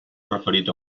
referit